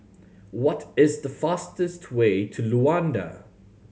what is the fastest way to Luanda